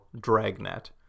Dragnet